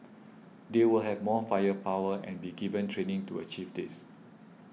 they will have more firepower and be given training to achieve this